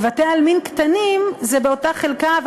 ובבתי-עלמין קטנים זה באותה חלקה אבל